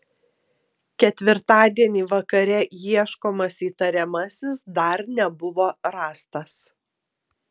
ketvirtadienį vakare ieškomas įtariamasis dar nebuvo rastas